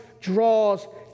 draws